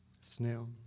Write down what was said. Snail